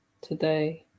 today